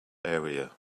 area